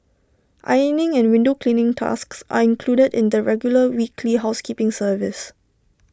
ironing and window cleaning tasks are included in the regular weekly housekeeping service